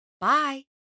Bye